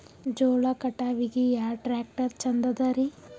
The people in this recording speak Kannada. ಜೋಳ ಕಟಾವಿಗಿ ಯಾ ಟ್ಯ್ರಾಕ್ಟರ ಛಂದದರಿ?